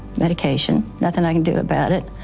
medication, nothing i can do about it.